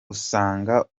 ugasanga